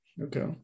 Okay